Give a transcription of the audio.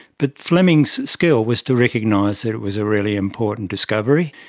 but fleming's skill was to recognise that it was a really important discovery.